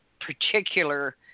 particular